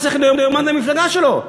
הוא צריך להיות נאמן למפלגה שלו.